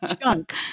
chunk